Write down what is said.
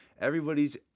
Everybody's